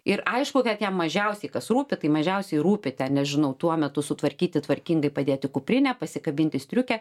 ir aišku kad jam mažiausiai kas rūpi tai mažiausiai rūpi ten nežinau tuo metu sutvarkyti tvarkingai padėti kuprinę pasikabinti striukę